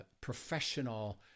professional